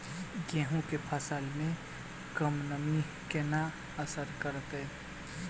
गेंहूँ केँ फसल मे कम नमी केना असर करतै?